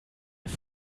ein